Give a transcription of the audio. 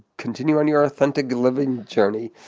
continue on your authentic living journey,